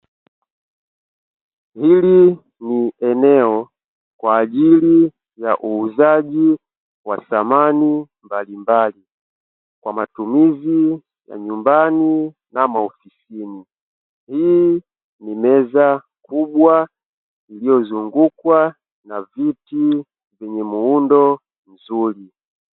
Hili ni eneo kwa ajili ya uuzaji wa samani mbalimbali kwa matumizi ya nyumbani na maofisini. Hii ni meza kubwa iliyozungukwa na viti venye muundo mzuri.